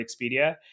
Expedia